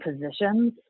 positions